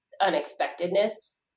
unexpectedness